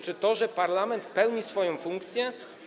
Czy to, że parlament pełni swoją funkcję?